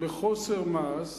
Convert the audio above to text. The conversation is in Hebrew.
בחוסר מעש,